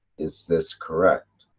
is this correct?